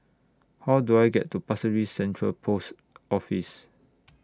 How Do I get to Pasir Ris Central Post Office